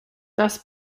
das